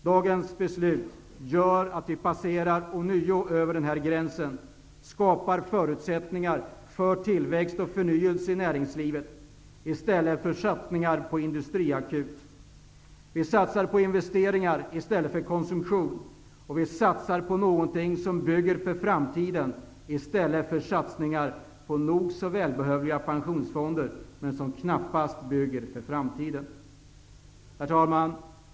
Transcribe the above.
Dagens beslut gör att vi passerar denna gräns och skapar förutsättningar för tillväxt och förnyelse i näringslivet i stället för att satsa på en industriakut. Vi satsar på investeringar i stället för konsumtion. Vi satsar på att bygga inför framtiden, i stället för på de nog så välbehövliga pensionsfonderna som dock knappast bygger inför framtiden. Herr talman!